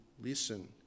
listen